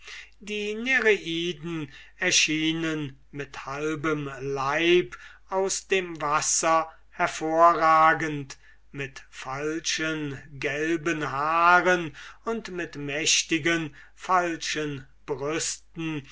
die nereiden erschienen mit halbem leib aus dem wasser hervorragend mit falschen gelben haaren und mit mächtigen falschen brüsten